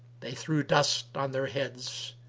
they threw dust on their heads,